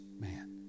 man